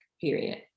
period